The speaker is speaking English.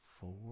four